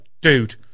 dude